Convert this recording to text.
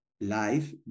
life